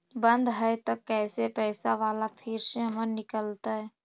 बन्द हैं त कैसे पैसा बाला फिर से हमर निकलतय?